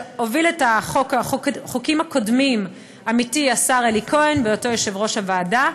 והוביל את החוקים הקודמים עמיתי השר אלי כהן בהיותו יושב-ראש הוועדה.